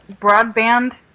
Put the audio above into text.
broadband